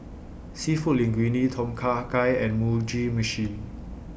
Seafood Linguine Tom Kha Gai and Mugi Meshi